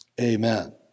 Amen